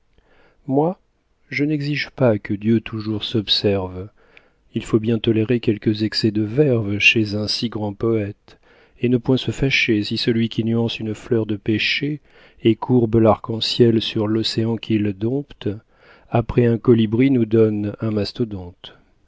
moi je n'exige pas que dieu toujours s'observe il faut bien tolérer quelques excès de verve chez un si grand poète et ne point se fâcher si celui qui nuance une fleur de pêcher et courbe l'arc-en-ciel sur l'océan qu'il dompte après un colibri nous donne un mastodonte